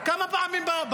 כמה פעמים הוא ביקר במרכז?